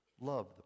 Love